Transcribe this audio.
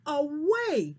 away